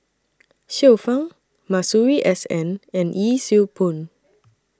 Xiu Fang Masuri S N and Yee Siew Pun